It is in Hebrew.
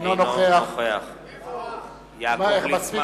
אינו נוכח יעקב ליצמן,